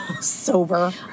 sober